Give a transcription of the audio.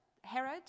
Herod